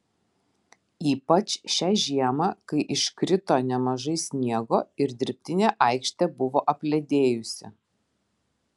ypač šią žiemą kai iškrito nemažai sniego ir dirbtinė aikštė buvo apledėjusi